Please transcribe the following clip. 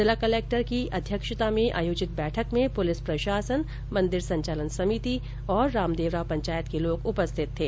जिला कलेक्टर ओम कसेरा की अध्यक्षता में आयोजित बैठक में पुलिस प्रशासन मंदिर संचालन समिति और रामदेवरा पंचायत के लोग उपस्थित थे